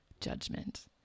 judgment